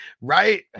Right